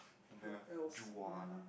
Marijuana